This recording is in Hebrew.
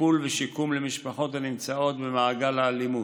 וטיפול ושיקום למשפחות הנמצאות במעגל האלימות.